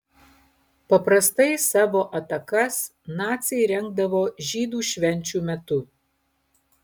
paprastai savo atakas naciai rengdavo žydų švenčių metu